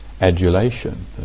adulation